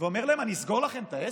ואומר להם: אני אסגור לכם את העסק,